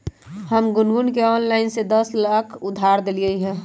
हम गुनगुण के ऑनलाइन से दस लाख उधार देलिअई ह